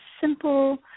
simple